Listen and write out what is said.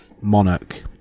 monarch